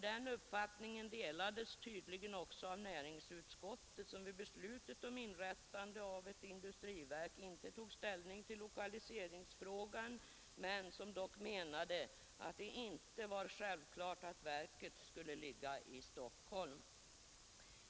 Den uppfattningen delades tydligen också av näringsutskottet, som vid beslutet om inrättande av ett industriverk inte tog ställning till lokaliseringsfrågan men som dock menade att det inte var självklart att verket skulle ligga i Stockholm.